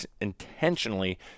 intentionally